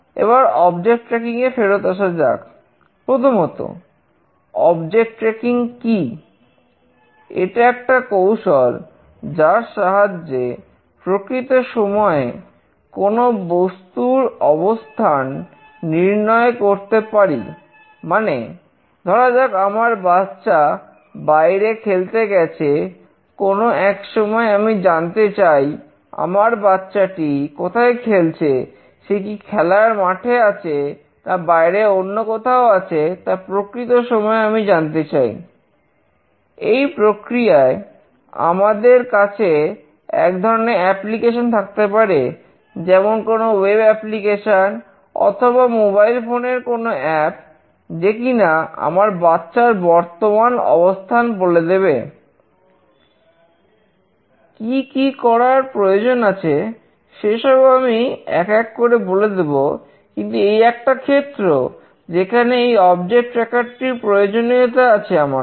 এবার object tracking টির প্রয়োজনীয়তা আছে আমার কাছে